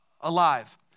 alive